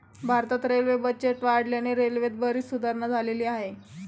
भारतात railway budget वाढल्याने रेल्वेत बरीच सुधारणा झालेली आहे